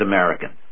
American